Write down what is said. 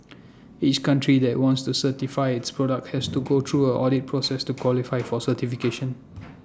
each country that wants to certify its products has to go through A audit process to qualify for certification